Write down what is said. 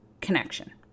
connection